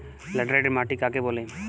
Laterite মাটি কাকে বলে?